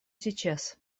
сейчас